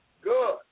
Good